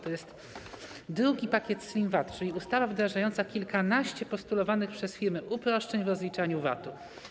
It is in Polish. To jest drugi pakiet Slim VAT, czyli ustawa wdrażająca kilkanaście postulowanych przez firmy uproszczeń w rozliczaniu VAT-u.